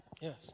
Yes